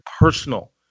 personal